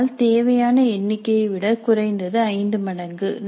ஆனால் தேவையான எண்ணிக்கையை விட குறைந்தது ஐந்து மடங்கு